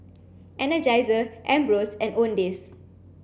Energizer Ambros and Owndays